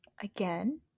again